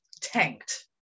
tanked